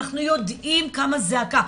ואנחנו יודעים כמה זעקה.